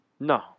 No